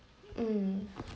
mm